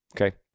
Okay